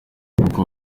nuko